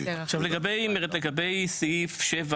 עכשיו לגבי סעיף 7,